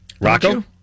Rocco